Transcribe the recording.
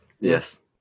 yes